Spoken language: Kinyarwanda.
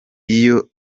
iyo